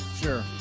sure